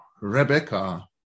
Rebecca